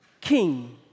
king